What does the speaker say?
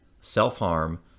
self-harm